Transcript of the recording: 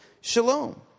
shalom